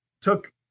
took